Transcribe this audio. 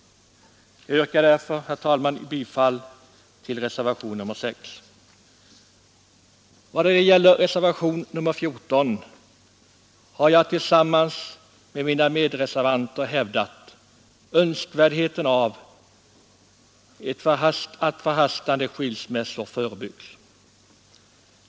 Jag yrkar därför, herr talman, bifall till reservationen 6. I vad gäller reservationen 14 har jag och mina medreservanter hävdat önskvärdheten av att förhastade skilsmässor förebyggs.